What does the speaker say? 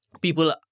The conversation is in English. people